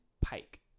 Pike